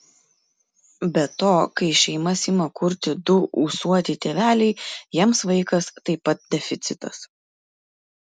be to kai šeimas ima kurti du ūsuoti tėveliai jiems vaikas taip pat deficitas